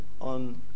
on